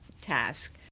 task